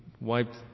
wiped